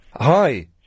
Hi